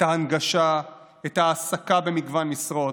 את ההנגשה, את ההעסקה במגוון משרות,